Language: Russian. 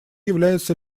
является